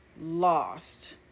Lost